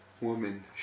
woman